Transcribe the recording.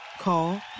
Call